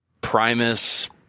Primus